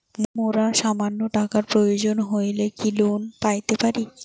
মোর সামান্য টাকার প্রয়োজন হইলে কি লোন পাইতে পারি?